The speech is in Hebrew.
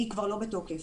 היא כבר לא בתוקף.